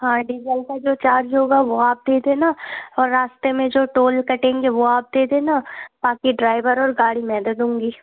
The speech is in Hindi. हाँ डीज़ल का जो चार्ज होगा वो आप दे देना और रास्ते में जो टोल कटेंगे वो आप दे देना बाक़ी ड्राईवर और गाड़ी मैं दे दूँगी